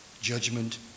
Judgment